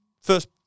First